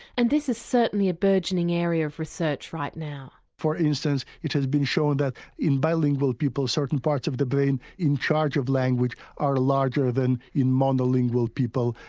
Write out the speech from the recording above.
and this is certainly a burgeoning area of research right now. for instance, it has been shown that in bilingual people certain parts of the brain in charge of language are larger than in mono-lingual people.